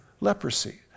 leprosy